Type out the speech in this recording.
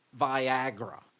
Viagra